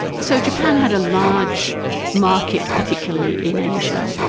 so japan had a large market, particularly in asia.